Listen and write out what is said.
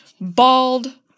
Bald